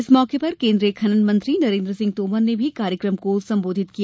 इस मौके पर केन्द्रीय खनन मंत्री नरेन्द्र सिंह तोमर ने भी कार्यक्रम को सम्बोधित किया